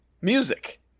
music